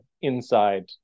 inside